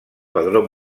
padró